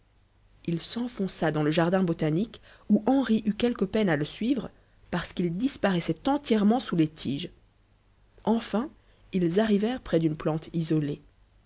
il s'enfonça dans le jardin botanique où henri eut quelque peine à le suivre parce qu'il disparaissait entièrement sous les tiges enfin ils arrivèrent près d'une plante isolée